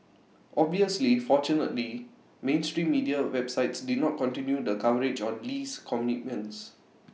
obviously fortunately mainstream media websites did not continue the coverage on Lee's commitments